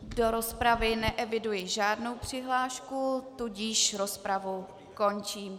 Do rozpravy neeviduji žádnou přihlášku, tudíž rozpravu končím.